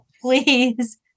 please